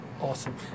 Awesome